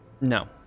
No